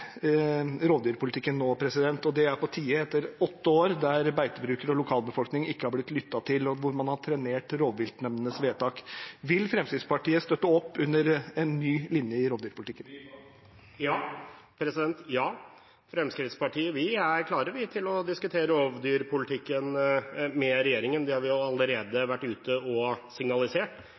rovdyrpolitikken nå, og det er på tide etter åtte år der beitebrukere og lokalbefolkning ikke er blitt lyttet til, og der man har trenert rovviltnemndenes vedtak. Vil Fremskrittspartiet støtte opp under en ny linje i rovdyrpolitikken? Ja, vi i Fremskrittspartiet er klare til å diskutere rovdyrpolitikken med regjeringen. Det har vi allerede vært ute og signalisert.